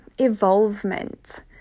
evolvement